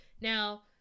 now